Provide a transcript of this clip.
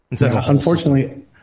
Unfortunately